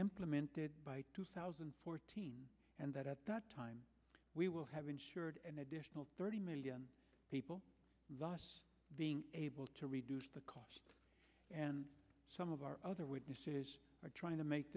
implemented by two thousand and fourteen and that at that time we will have insured an additional thirty million people being able to reduce the cost and some of our other witnesses are trying to make